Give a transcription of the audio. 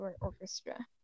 orchestra